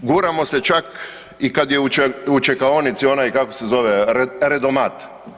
Guramo se čak i kad je u čekaonici onaj kako se zove redomat.